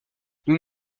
nous